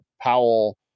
Powell